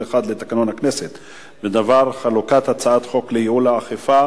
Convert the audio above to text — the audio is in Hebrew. והגנת הסביבה בדבר חלוקת הצעת חוק לייעול האכיפה